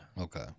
okay